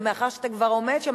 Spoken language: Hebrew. ומאחר שאתה כבר עומד שם,